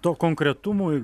to konkretumui